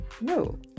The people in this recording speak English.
No